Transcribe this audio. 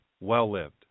well-lived